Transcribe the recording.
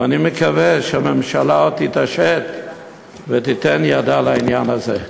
ואני מקווה שהממשלה עוד תתעשת ותיתן ידה לעניין הזה.